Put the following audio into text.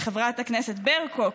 מחברי הכנסת ברקו,